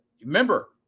Remember